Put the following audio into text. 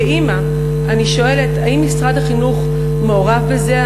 כאימא אני שואלת, האם משרד החינוך מעורב בזה?